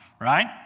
right